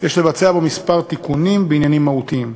יש לבצע בו כמה תיקונים בעניינים מהותיים.